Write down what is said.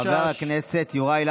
BDS. חברי הכנסת, חברי הכנסת, זה לא